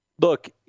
Look